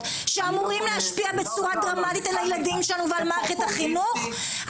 שאמורות להשפיע בצורה דרמטית על הילדים שלנו ועל מערכת החינוך,